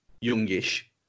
youngish